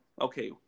okay